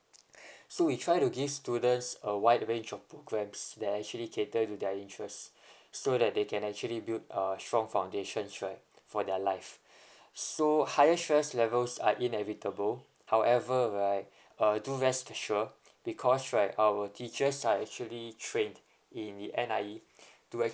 so we try to give students a wide range of programmes that actually cater to their interest so that they can actually build uh strong foundation right for their life so higher stress levels are inevitable however right uh do rest sure because right our teachers are actually trained in the N_I_E to